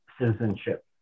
citizenship